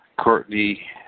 Courtney